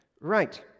right